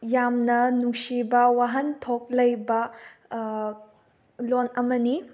ꯌꯥꯝꯅ ꯅꯨꯡꯁꯤꯕ ꯋꯥꯍꯟꯊꯣꯛ ꯂꯩꯕ ꯂꯣꯟ ꯑꯃꯅꯤ